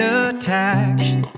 attached